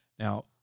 Now